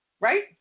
right